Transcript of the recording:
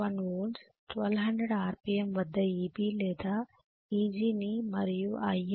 1 వోల్ట్లు 1200 ఆర్పిఎమ్ వద్ద Eb లేదా Eg ని మరియు If 2